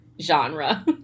genre